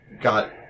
got